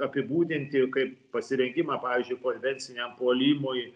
apibūdinti kaip pasirengimą pavyzdžiui konvenciniam puolimui